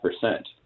percent